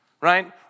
right